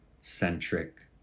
centric